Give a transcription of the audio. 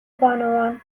بانوان